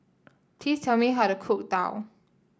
please tell me how to cook Daal